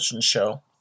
Show